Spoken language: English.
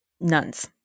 nuns